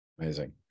Amazing